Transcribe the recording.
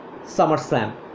SummerSlam